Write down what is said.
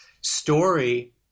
story